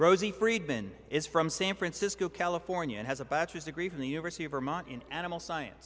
rosie friedman is from san francisco california and has a bachelor's degree from the university of vermont in animal science